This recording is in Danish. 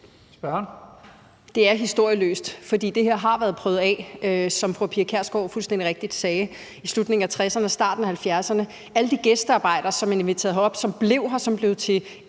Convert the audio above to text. Det er historieløst, for det her har været prøvet af, som fru Pia Kjærsgaard fuldstændig rigtigt sagde, i slutningen af 1960'erne og starten af 1970'erne med alle de gæstearbejdere, som man inviterede herop, og som blev her, som blev til